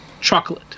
chocolate